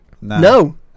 No